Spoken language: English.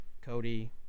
Cody